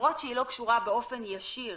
למרות שהיא לא קשורה באופן ישיר